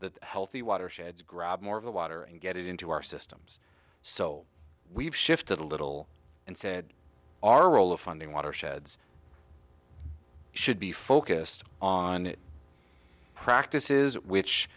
that healthy watersheds grab more of the water and get it into our systems so we've shifted a little and said our role of funding watersheds should be focused on practices which